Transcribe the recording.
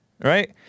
right